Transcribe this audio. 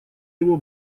его